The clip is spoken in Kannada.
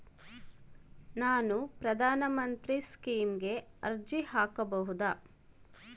ನಾನು ಪ್ರಧಾನ ಮಂತ್ರಿ ಸ್ಕೇಮಿಗೆ ಅರ್ಜಿ ಹಾಕಬಹುದಾ?